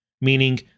meaning